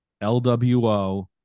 LWO